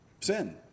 Sin